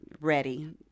ready